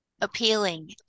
appealing